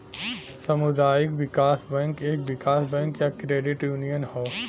सामुदायिक विकास बैंक एक विकास बैंक या क्रेडिट यूनियन हौ